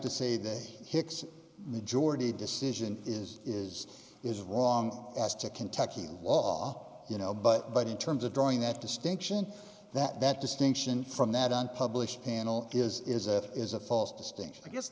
to say that hicks majority decision is is is wrong as to kentucky law you know but but in terms of drawing that distinction that that distinction from that unpublished panel is is a is a false distinct